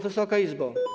Wysoka Izbo!